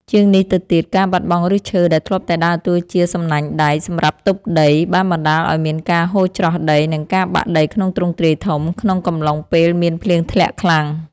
ជាងនេះទៅទៀត ការបាត់បង់ឫសឈើដែលធ្លាប់តែដើរតួជា សំណាញ់ដែក សម្រាប់ទប់ដី បានបណ្ដាលឱ្យមានការហូរច្រោះដី និងការបាក់ដីក្នុងទ្រង់ទ្រាយធំក្នុងកំឡុងពេលមានភ្លៀងធ្លាក់ខ្លាំង។